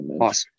awesome